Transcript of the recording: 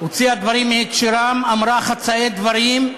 הוציאה דברים מהקשרם, אמרה חצאי דברים,